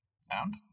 sound